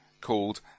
called